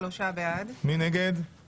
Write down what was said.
הצבעה